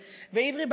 ועברי,